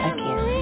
Again